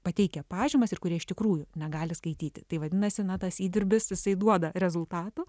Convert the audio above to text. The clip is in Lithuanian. pateikę pažymas ir kurie iš tikrųjų negali skaityti tai vadinasi ne tas įdirbis jisai duoda rezultatų